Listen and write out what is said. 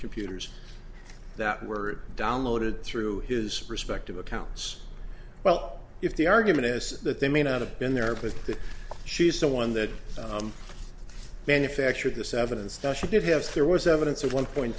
computers that were downloaded through his respective accounts well if the argument is that they may not have been there because she's the one that manufactured this evidence does she did have there was evidence of one point